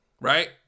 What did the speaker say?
Right